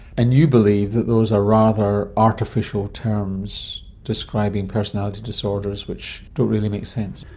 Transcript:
and you believe that those are rather artificial terms describing personality disorders which don't really make sense.